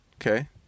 Okay